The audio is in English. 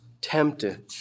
tempted